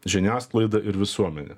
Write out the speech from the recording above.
žiniasklaida ir visuomenė